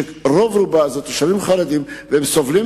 שרוב רובה תושבים חרדים,